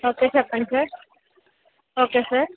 okay చెప్పండి sir okay sir